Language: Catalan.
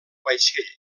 vaixell